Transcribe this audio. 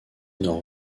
nord